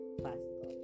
classical